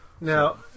now